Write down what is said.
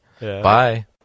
Bye